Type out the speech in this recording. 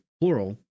plural